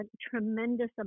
tremendous